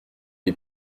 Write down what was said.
les